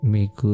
Make